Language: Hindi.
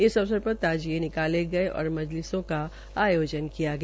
इस अवसर पर ताजिए निकाले गये और मजलिसों का आयोजन किया गया